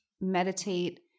meditate